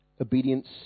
Obedience